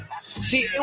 See